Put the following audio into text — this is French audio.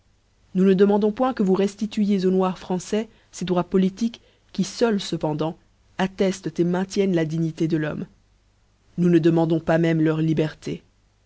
nous ne demandons point que vous restituiez aux noirs françois ces droits politiques qui feuls cependant attestent maintiennent la dignité de l'homme nous ne demandons pas même leur liberté